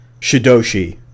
Shidoshi